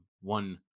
one